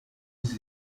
izi